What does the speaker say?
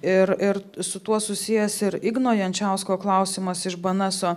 ir ir su tuo susijęs ir igno jančiausko klausimas iš bnso